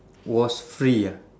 was free ah